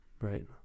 right